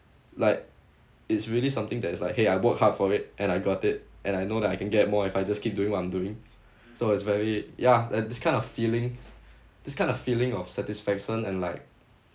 like it's really something that is like !hey! I work hard for it and I got it and I know that I can get more if I just keep doing what I'm doing so is very ya and this kind of feelings this kind of feeling of satisfaction and like